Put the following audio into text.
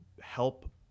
help